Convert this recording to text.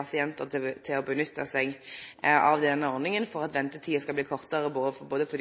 pasientar til å nytte seg av den ordninga for at ventetida skal bli kortare, både for